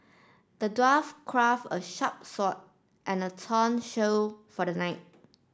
the dwarf craft a sharp sword and a tongue shield for the knight